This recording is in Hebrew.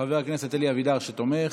חבר הכנסת אלי אבידר, שתומך,